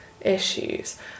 issues